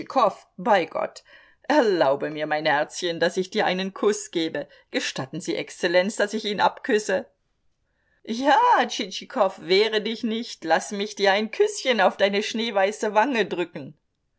bei gott erlaube mir mein herzchen daß ich dir einen kuß gebe gestatten sie exzellenz daß ich ihn abküsse ja tschitschikow wehre dich nicht laß mich dir ein küßchen auf deine schneeweiße wange drücken